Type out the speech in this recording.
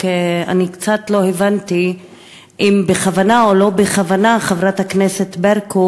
קצת לא הבנתי אם בכוונה או לא בכוונה חברת הכנסת ברקו